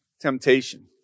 temptation